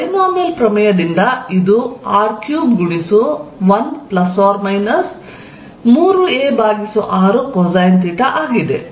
binomial ಪ್ರಮೇಯದಿಂದ ಇದು r3 ಗುಣಿಸು 1 ± 3a r ಕೊಸೈನ್ ಥೀಟಾ ಆಗಿದೆ